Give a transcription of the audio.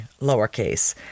lowercase